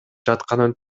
жатканын